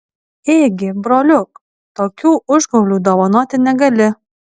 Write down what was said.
ėgi broliuk tokių užgaulių dovanoti negali